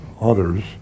others